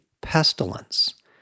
pestilence